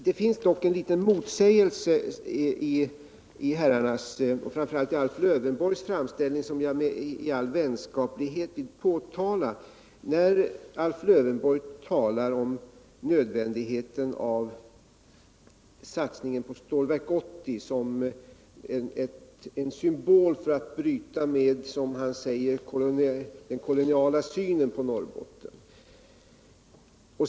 Det finns dock en liten motsägelse i herrarnas — och framför allt Alf Lövenborgs — framställning, som jag i all vänskaplighet vill påtala. Alf Lövenborg talar om nödvändigheten av satsningen på Stålverk 80 som en symbol för att bryta med, som han säger, den koloniala synen på Norrbotten.